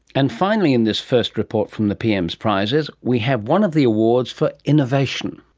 and finally in this first report from the pm's prizes we have one of the awards for innovation.